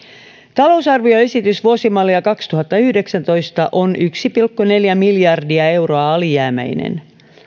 talousarvioesitys vuosimallia kaksituhattayhdeksäntoista on yksi pilkku neljä miljardia euroa alijäämäinen